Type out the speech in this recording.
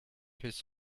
his